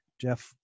Jeff